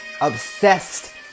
obsessed